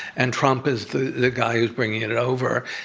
and trump is the the guy who's bringing it it over,